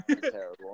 terrible